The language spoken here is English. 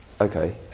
Okay